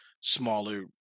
smaller